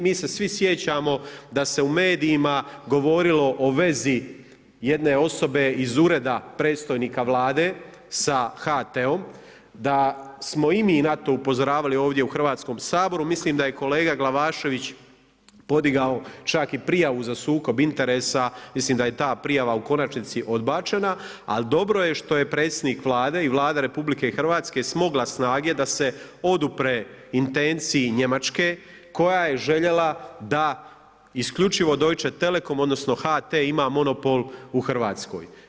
Mi se svi sjećamo da se u medijima govorilo o vezi jedne osobe iz Ureda predstojnika Vlade sa HT-om, da smo i mi na to upozoravali ovdje u Hrvatskom saboru, mislim da je kolega Glavašević podigao čak i prijavu za sukob interesa, mislim da je ta prijava u konačnici odbačena, ali dobro je što je predsjednik Vlade i Vlada RH smogla snage da se odupre intencije Njemačke koja je željela da isključivo Deutsche Telekom, odnosno HT ima monopol u RH.